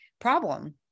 problem